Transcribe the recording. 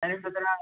इदानीं तत्र